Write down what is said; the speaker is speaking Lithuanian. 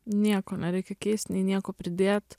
nieko nereikia keist nei nieko pridėt